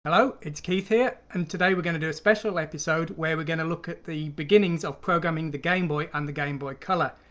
hello, its keith here! and today we're going to do a special episode where we're going to look at the beginnings of programming the game boy and the game boy color.